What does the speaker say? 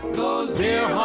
those dear